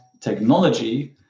technology